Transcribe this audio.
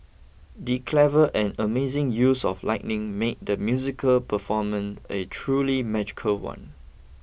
the clever and amazing use of lighting made the musical performance a truly magical one